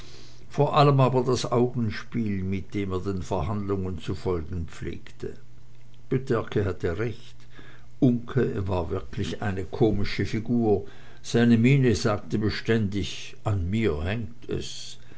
vor allem aber das augenspiel mit dem er den verhandlungen zu folgen pflegte pyterke hatte recht uncke war wirklich eine komische figur seine miene sagte beständig an mir hängt es